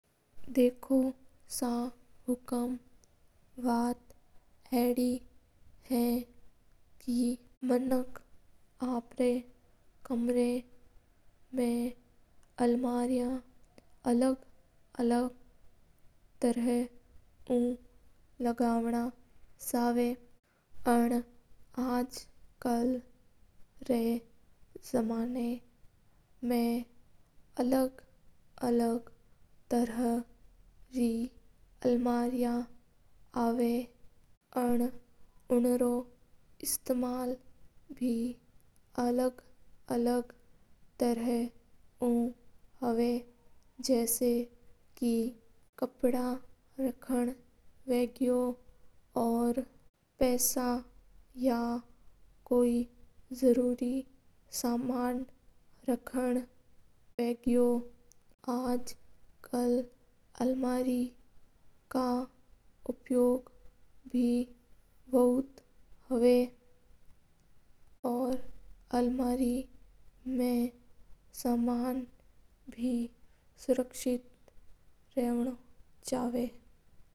देखो सा हुकूम एडी बात हवा के आज कल रा मनक अलग अलग पकड़ रै अलमार्या बनावणे चावा है। कोई कपड़ा राखण और कोई पैसा राखण और कोई जरूरी सामान हेगो आज कल तो अलमारी रो उपयोग बौत ज्यादा हवा है।